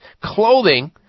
clothing